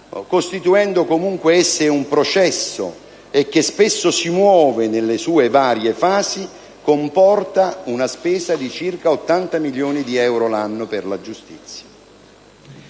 costituendo comunque un processo che spesso si muove nelle sue varie fasi, comportano una spesa di circa 80 milioni di euro l'anno per la giustizia.